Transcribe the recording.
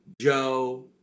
Joe